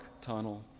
tunnel